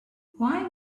why